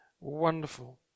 wonderful